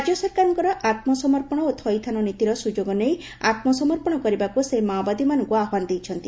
ରାଜ୍ୟ ସରକାରଙ୍କ ଆମ୍ ସମର୍ପଣ ଓ ଥଇଥାନ ନିତିର ସୁଯୋଗ ନେଇ ଆମ୍ ସମର୍ପଣ କରିବାକୁ ସେ ମାଓବାଦୀମାନଙ୍କୁ ଆହ୍ୱାନ ଦେଇଛନ୍ତି